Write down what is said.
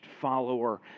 follower